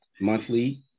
monthly